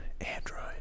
Android